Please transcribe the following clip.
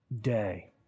day